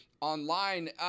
online